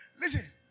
Listen